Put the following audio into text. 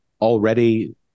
already